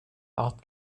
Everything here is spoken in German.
art